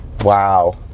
Wow